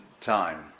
time